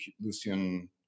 lucian